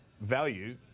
value